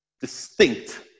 distinct